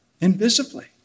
invisibly